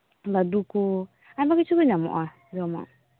ᱞᱟᱹᱰᱩ ᱠᱩ ᱟᱭᱢᱟ ᱠᱤᱪᱷᱩᱜᱤ ᱧᱟᱢᱚᱜᱼᱟ ᱡᱚᱢᱟᱜ